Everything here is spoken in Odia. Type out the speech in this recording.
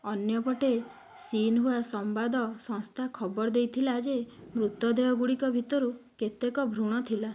ଅନ୍ୟପଟେ ଶିନ୍ହୁଆ ସମ୍ବାଦ ସଂସ୍ଥା ଖବର ଦେଇଥିଲା ଯେ ମୃତଦେହ ଗୁଡ଼ିକ ଭିତରୁ କେତେକ ଭ୍ରୂଣ ଥିଲା